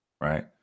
Right